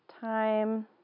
time